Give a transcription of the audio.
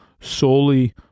solely